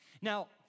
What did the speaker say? Now